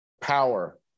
power